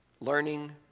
learning